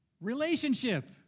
Relationship